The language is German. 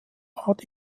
art